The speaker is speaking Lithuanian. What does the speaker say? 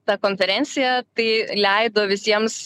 ta konferencija tai leido visiems